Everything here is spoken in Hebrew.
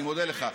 אני מודה לך.